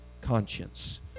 conscience